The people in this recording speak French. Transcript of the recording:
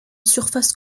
surfaces